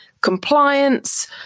compliance